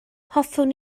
hoffwn